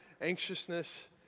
anxiousness